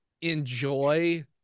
enjoy